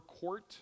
court